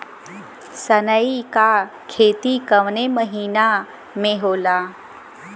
सनई का खेती कवने महीना में होला?